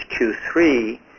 Q3